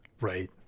Right